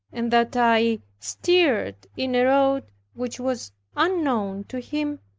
and that i steered in a road which was unknown to him,